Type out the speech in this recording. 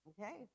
Okay